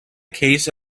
case